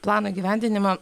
plano įgyvendinimą